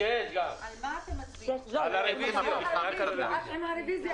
נמנעים, אין הרביזיה